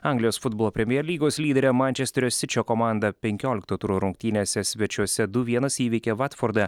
anglijos futbolo premjer lygos lyderę mančesterio sičio komandą penkiolikto turo rungtynėse svečiuose du vienas įveikė vatforde